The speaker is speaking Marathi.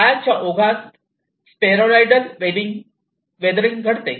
काळाच्या ओघात स्फेरॉइडल वेदरिंग घडते